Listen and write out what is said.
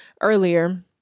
earlier